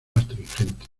astringente